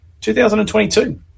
2022